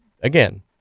again